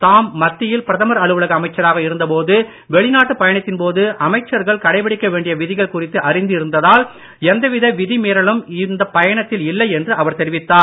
தாம் மத்தியில் பிரதமர் அலுவலக அமைச்சராக இருந்தபோது வெளிநாட்டுப் பயணத்தின் போது அமைச்சர்கள் கடைபிடிக்க வேண்டிய விதிகள் குறித்து அறிந்து இருந்ததால் எந்தவித விதி மீறலும் இந்தப் பயணத்தில் இல்லை என்று அவர் தெரிவித்தார்